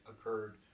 occurred